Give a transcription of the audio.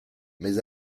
mais